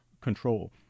control